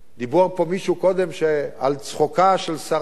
דיבר פה מישהו קודם על צחוקה של שרה,